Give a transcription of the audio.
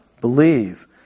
believe